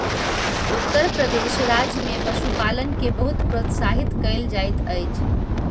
उत्तर प्रदेश राज्य में पशुपालन के बहुत प्रोत्साहित कयल जाइत अछि